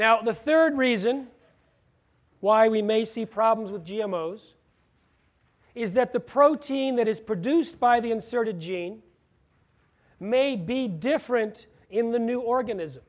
now the third reason why we may see problems with g m most is that the protein that is produced by the inserted gene may be different in the new organis